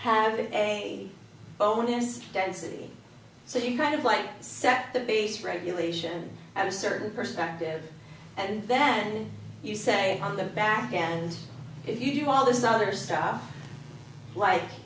have a bonus density so you kind of like set the base regulation and a certain perspective and then you say on the backend if you do all this other stuff like